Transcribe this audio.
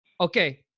okay